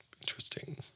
Interesting